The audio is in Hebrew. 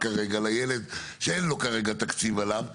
כרגע לילד שאין לו כרגע תקציב עליו?